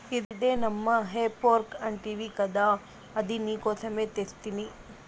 ఇదే నమ్మా హే ఫోర్క్ అంటివి గదా అది నీకోసమే తెస్తిని